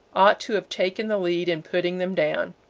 ought to have taken the lead in putting them down.